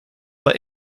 but